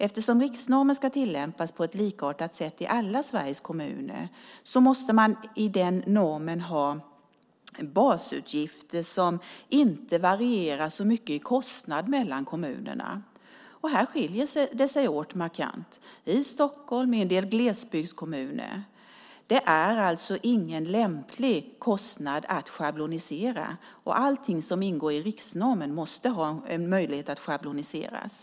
Eftersom riksnormen ska tillämpas på ett likartat sätt i alla Sveriges kommuner måste man i den normen ha basutgifter som inte varierar så mycket i kostnad mellan kommunerna. Här skiljer det markant mellan Stockholm och en del glesbygdskommuner. Det är alltså ingen lämplig kostnad att schablonisera, och allt som ingår i riksnormen måste kunna schabloniseras.